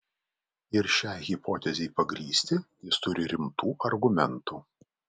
ir šiai hipotezei pagrįsti jis turi rimtų argumentų